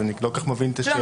אז אני לא כל כך מבין את השאלה.